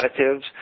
additives